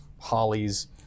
hollies